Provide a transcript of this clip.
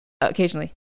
occasionally